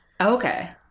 Okay